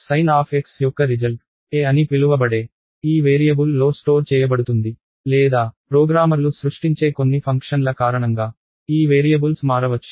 sign of x యొక్క result a అని పిలువబడే ఈ వేరియబుల్లో స్టోర్ చేయబడుతుంది లేదా ప్రోగ్రామర్లు సృష్టించే కొన్ని ఫంక్షన్ల కారణంగా ఈ వేరియబుల్స్ మారవచ్చు